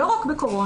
לא רק בקורונה.